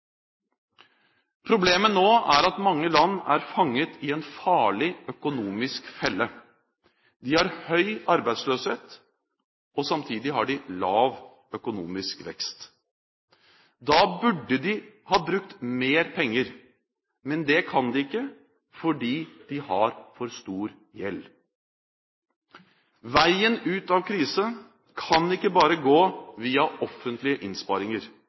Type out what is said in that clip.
Problemet nå er at mange land er fanget i en farlig økonomisk felle. De har høy arbeidsløshet, og samtidig har de lav økonomisk vekst. Da burde de ha brukt mer penger. Men det kan de ikke fordi de har for stor gjeld. Veien ut av krisen kan ikke bare gå via offentlige innsparinger.